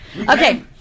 Okay